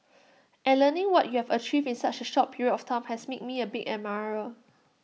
and learning what you have achieved in such A short period of time has made me A big admirer